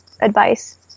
advice